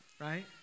right